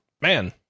man